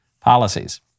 policies